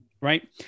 right